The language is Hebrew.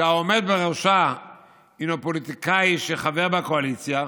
שהעומד בראשה הינו פוליטיקאי שחבר בקואליציה,